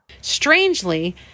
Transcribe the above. Strangely